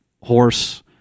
horse